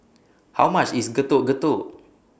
How much IS Getuk Getuk